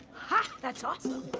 ha, that's awesome.